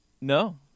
No